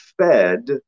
fed